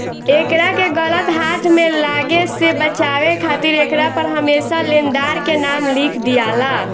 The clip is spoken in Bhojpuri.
एकरा के गलत हाथ में लागे से बचावे खातिर एकरा पर हरमेशा लेनदार के नाम लिख दियाला